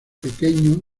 pequeño